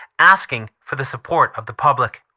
asking for the support of the public.